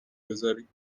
بذاری